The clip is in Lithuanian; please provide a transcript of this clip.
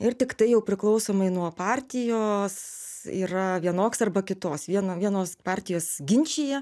ir tiktai jau priklausomai nuo partijos yra vienoks arba kitos viena vienos partijos ginčija